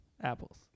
Apples